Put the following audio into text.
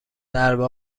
ضربه